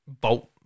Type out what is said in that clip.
bolt